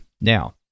now